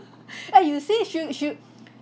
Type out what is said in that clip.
eh you say should should